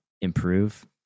improve